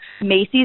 Macy's